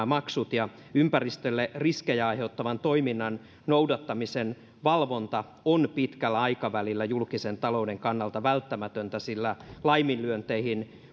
maksut ympäristölle riskejä aiheuttavan toiminnan noudattamisen valvonta on pitkällä aikavälillä julkisen talouden kannalta välttämätöntä sillä laiminlyönteihin